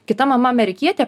kita mama amerikietė